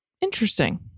interesting